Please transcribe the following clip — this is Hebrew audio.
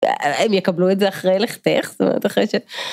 הם יקבלו את זה אחרי לכתך, זאת אומרת, אחרי ש...